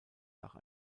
nach